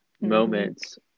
moments